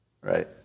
right